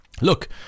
look